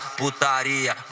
putaria